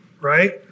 right